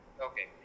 Okay